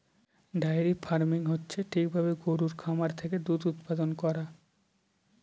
diary farming হচ্ছে ঠিক ভাবে গরুর খামার থেকে দুধ উৎপাদান করা